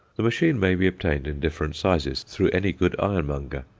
the machine may be obtained in different sizes through any good ironmonger.